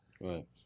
Right